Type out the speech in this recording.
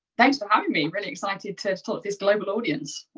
thanks for having me. really excited to start this global audience.